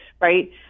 right